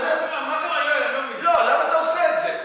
למה אתה עושה את זה?